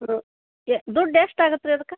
ಹ್ಞೂ ಎ ದುಡ್ಡು ಎಷ್ಟು ಆಗತ್ತೆ ರೀ ಅದಕ್ಕೆ